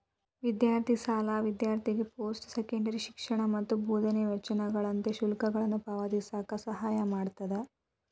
ವಿದ್ಯಾರ್ಥಿ ಸಾಲ ವಿದ್ಯಾರ್ಥಿಗೆ ಪೋಸ್ಟ್ ಸೆಕೆಂಡರಿ ಶಿಕ್ಷಣ ಮತ್ತ ಬೋಧನೆ ವೆಚ್ಚಗಳಂತ ಶುಲ್ಕಗಳನ್ನ ಪಾವತಿಸಕ ಸಹಾಯ ಮಾಡ್ತದ